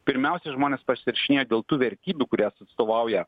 pirmiausia žmonės pasirašinėjo dėl tų vertybių kurias atstovauja